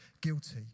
guilty